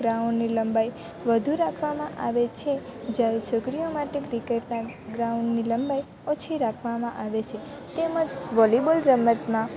ગ્રાઉન્ડની લંબાઈ વધુ રાખવામાં આવે છે જ્યારે છોકરીઓ માટે ક્રિકેટના ગ્રાઉન્ડની લંબાઈ ઓછી રાખવામાં આવે છે તેમજ વોલીબોલ રમતમાં